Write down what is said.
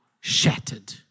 shattered